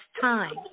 time